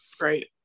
Right